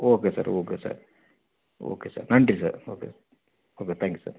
okay sir okay sir okay sir நன்றி sir okay okay thank you sir